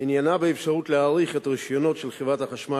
עניינה האפשרות להאריך את הרשיונות של חברת החשמל